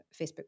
Facebook